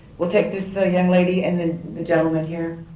we'll take this so young lady and then the gentleman here.